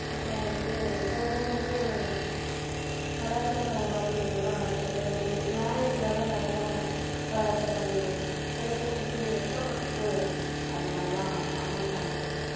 அப்பறம் வந்துட்டு சில பேர் வந்து கலாச்சாரம் பாதிக்குதுனால் சில பேர் வந்து மேரேஜுலலாம் நிறையா கலாச்சாரங்கள் இருக்கும் சில பேர் வந்துட்டு வெட்கப்பட்டுட்டு அந்தமாதிரிலாம் பண்ண மாட்டாங்க